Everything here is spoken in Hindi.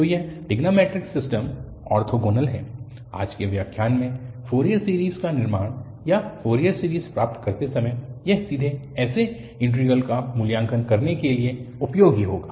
तो यह ट्रिग्नोंमैट्रिक सिस्टम ओर्थोगोनल है आज के व्याख्यान में फ़ोरियर सीरीज़ का निर्माण या फ़ोरियर सीरीज़ प्राप्त करते समय यह सीधे ऐसे इंटीग्रल का मूल्यांकन करने के लिए उपयोगी होगा